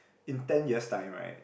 in ten years time right